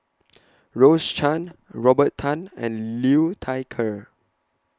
Rose Chan Robert Tan and Liu Thai Ker